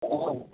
कठहल